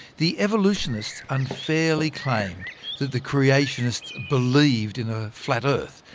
the evolutionists unfairly claimed that the creationists believed in a flat earth,